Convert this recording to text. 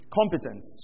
competence